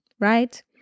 right